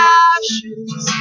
ashes